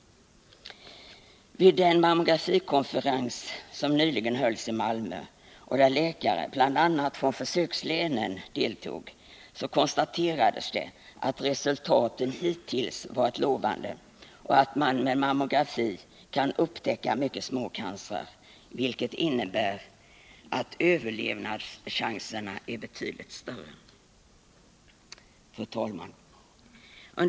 Vid en mammografikonferens som nyligen hölls i Malmö och där läkare bl.a. från försökslänen deltog konstaterades att resultaten hittills varit lovande och att man med mammografi kan upptäcka mycket små cancrar, vilket innebär att överlevnadschanserna är betydligt större. Fru talman!